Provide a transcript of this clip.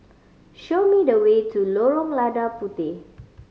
show me the way to Lorong Lada Puteh